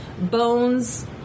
bones